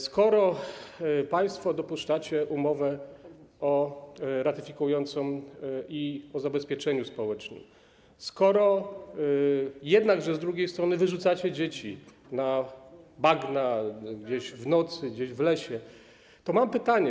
Skoro państwo dopuszczacie umowę ratyfikującą o zabezpieczeniu społecznym, jednakże z drugiej strony wyrzucacie dzieci na bagna, gdzieś w nocy, gdzieś w lesie, to mam pytanie.